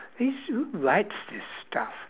who writes this stuff